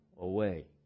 away